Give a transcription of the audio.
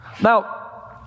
Now